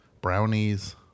Brownies